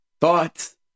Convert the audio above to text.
thoughts